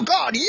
God